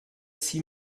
sie